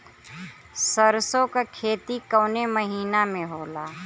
सरसों का खेती कवने महीना में होला?